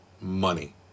money